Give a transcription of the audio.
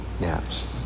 naps